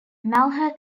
malheur